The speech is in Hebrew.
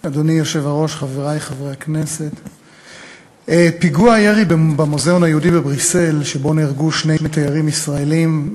חבר הכנסת רונן הופמן, ראשון הדוברים,